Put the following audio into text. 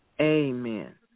Amen